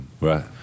Right